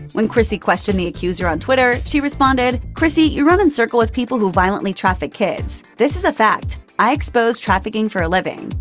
when chrissy questioned the accuser on twitter, she responded, chrissy you run in circle with people who traffic kids. this is a fact. i expose. trafficking for a living.